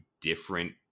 different